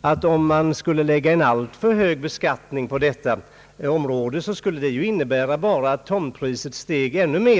att om man lade en alltför hög beskattning på detta område skulle tomtpriserna stiga ännu mer.